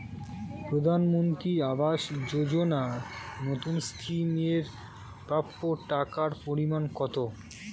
প্রধানমন্ত্রী আবাস যোজনায় নতুন স্কিম এর প্রাপ্য টাকার পরিমান কত?